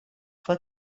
fue